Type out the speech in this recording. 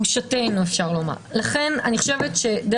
אפשר לומר את זה שזה לבושתנו.